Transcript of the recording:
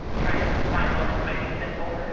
trying to find one that might be simple.